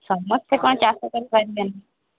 ସମସ୍ତେ କ'ଣ ଚାଷ କରି ପାରିବେ ନା